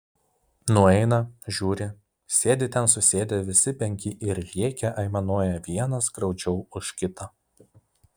nueina žiūri sėdi ten susėdę visi penki ir rėkia aimanuoja vienas graudžiau už kitą